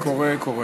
קורה, קורה.